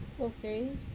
Okay